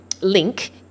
link